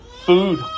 Food